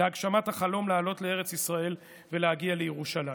להגשמת החלום לעלות לארץ ישראל ולהגיע לירושלים.